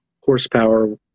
horsepower